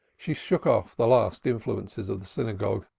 she shook off the last influences of the synagogue